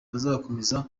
bazakomeza